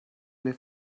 liv